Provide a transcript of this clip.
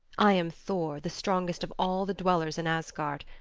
i am thor, the strongest of all the dwellers in asgard,